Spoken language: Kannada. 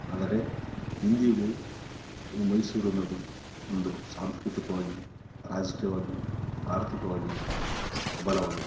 ಆದರೆ ಇಂದಿಗೂ ಈ ಮೈಸೂರು ಅನ್ನೋದು ಒಂದು ಸಾಂಸ್ಕೃತಿಕವಾಗಿ ರಾಜಕೀಯವಾಗಿ ಆರ್ಥಿಕವಾಗಿ ಸಬಲವಾಗಿದೆ